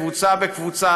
קבוצה בקבוצה,